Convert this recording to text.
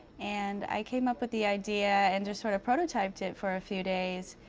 and i came up with the idea and just sort of prototyped it for a few days.